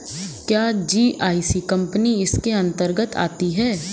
क्या GIC company इसके अन्तर्गत आती है?